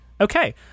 Okay